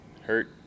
hurt